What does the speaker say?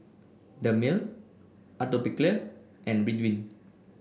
Dermale Atopiclair and Ridwind